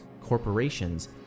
corporations